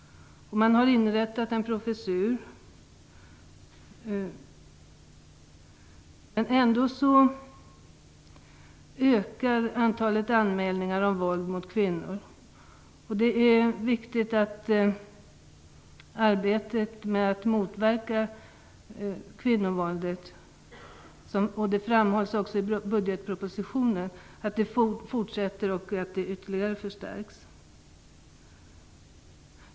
En professur har inrättats på området. Ändå ökar antalet anmälningar om våld mot kvinnor. Som också framhålls i budgetpropositionen är det viktigt att arbetet på att motverka kvinnovåldet fortsätter och ytterligare förstärks.